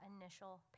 initial